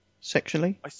Sexually